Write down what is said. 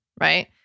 right